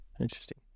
interesting